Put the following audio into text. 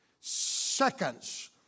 seconds